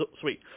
Sweet